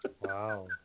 Wow